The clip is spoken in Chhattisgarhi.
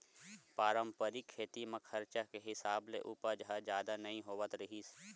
पारंपरिक खेती म खरचा के हिसाब ले उपज ह जादा नइ होवत रिहिस